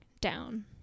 down